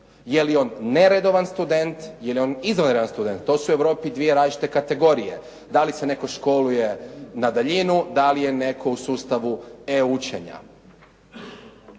je li on neredovan student, je li on izvanredan student? To su u Europi dvije različite kategorije. Da li se netko školuje na daljinu, da li je netko u sustavu e-učenja?